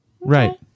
Right